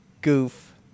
goof